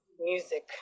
music